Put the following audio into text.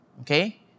Okay